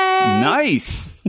Nice